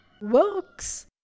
works